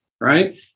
right